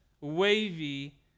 wavy